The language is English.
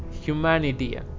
Humanity